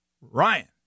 Ryan